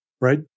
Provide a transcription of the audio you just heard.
right